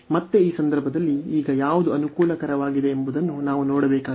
ಮತ್ತೆ ಈ ಸಂದರ್ಭದಲ್ಲಿ ಈಗ ಯಾವುದು ಅನುಕೂಲಕರವಾಗಿದೆ ಎಂಬುದನ್ನು ನಾವು ನೋಡಬೇಕಾಗಿದೆ